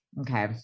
okay